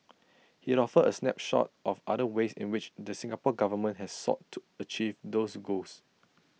he offered A snapshot of other ways in which the Singapore Government has sought to achieve those goals